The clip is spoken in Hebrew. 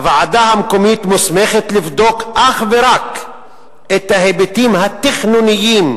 הוועדה המקומית מוסמכת לבדוק אך ורק את ההיבטים התכנוניים